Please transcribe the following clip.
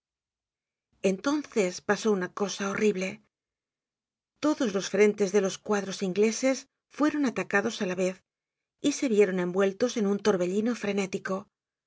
entonces pasó una cosa horrible todos los frentes de los cuadros ingleses fueron atacados á la vez y se vieron envueltos en un torbellino frenético